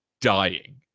dying